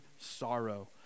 sorrow